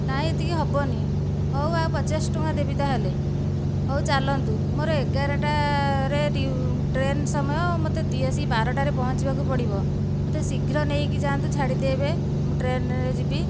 ନାହିଁ ଏତିକି ହେବନି ହେଉ ଆଉ ପଚାଶ ଟଙ୍କା ଦେବି ତା'ହେଲେ ହେଉ ଚାଲନ୍ତୁ ମୋର ଏଗାର ଟାରେ ଟ୍ରେନ ସମୟ ମୋତେ ଦି ଆସି ବାର ଟାରେ ପହଞ୍ଚିବାକୁ ପଡ଼ିବ ମୋତେ ଶୀଘ୍ର ନେଇକି ଯାଆନ୍ତୁ ଛାଡ଼ିଦେବେ ମୁଁ ଟ୍ରେନରେ ଯିବି